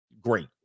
great